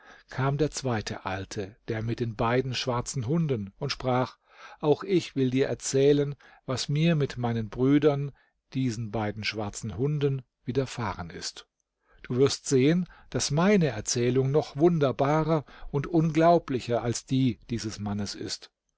kam der zweite alte der mit den beiden schwarzen hunden und sprach auch ich will dir erzählen was mir mit meinen brüdern es heißt zwar an dieser stelle im texte kinder man sieht aber wohl in der folge daß es brüder heißen muß daher denn auch hier das letztere gewählt wurde diesen beiden schwarzen hunden widerfahren ist du wirst sehen daß meine erzählung noch wunderbarer und unglaublicher als die dieses mannes ist